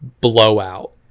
blowout